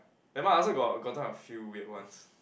nevermind I also got gotten a few weird ones